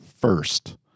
first